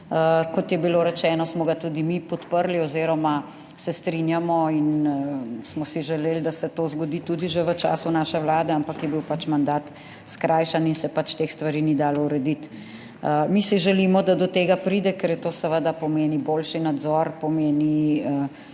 Kot je bilo rečeno, smo ga tudi mi podprli oziroma se strinjamo, in smo si želeli, da se to zgodi tudi že v času naše Vlade, ampak je bil pač mandat skrajšan in se pač teh stvari ni dalo urediti. Mi si želimo, da do tega pride, ker je to seveda pomeni boljši nadzor, pomeni